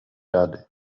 rady